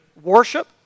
worship